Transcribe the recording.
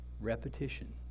Repetition